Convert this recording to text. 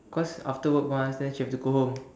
cause after work mah then she has to go home